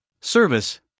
service